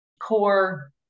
core